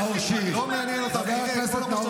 כלום ושום